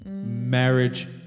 Marriage